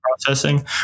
processing